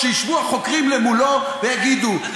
כשישבו החוקרים מולו ויגידו,